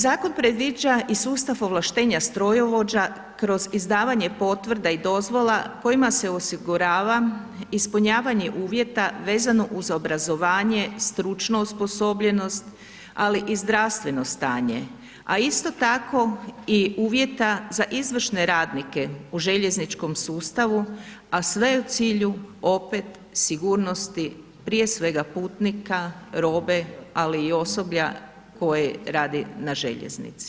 Zakon predviđa i sustav ovlaštenja strojovođa kroz izdavanje potvrda i dozvola kojima se osigurava ispunjavanje uvjeta vezano uz obrazovanje, stručnu osposobljenost, ali i zdravstveno stanje, a isto tako i uvjeta za izvršne radnike u željezničkom sustavu u sve u cilju opet sigurnosti prije svega putnika, robe, ali i osoblja koje radi na željeznici.